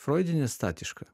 froidinė statiška